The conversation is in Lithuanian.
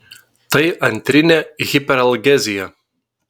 tai antrinė hiperalgezija